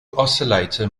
oscillator